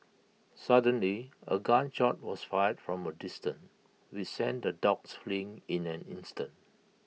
suddenly A gun shot was fired from A distance which sent the dogs fleeing in an instant